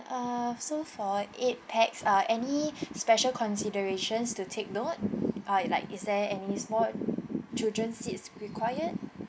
uh so for eight pax uh any special considerations to take note uh like is there any small children seats required